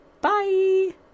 Bye